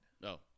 No